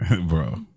Bro